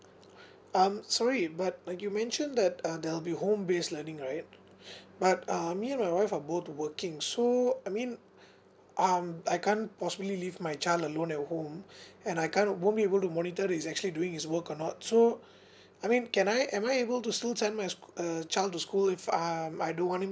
um sorry but like you mentioned that uh there will be home based learning right but uh me and my wife are both to working so I mean um I can't possibly leave my child alone at home and I can't won't be able to monitor he's actually doing his work or not so I mean can I am I able to still send my sc~ uh child to school if I err I don't want him